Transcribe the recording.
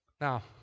Now